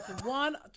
one